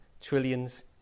trillions